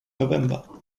november